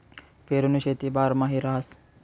पेरुनी शेती बारमाही रहास